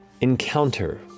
encounter